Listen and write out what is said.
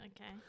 Okay